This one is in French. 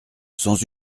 sans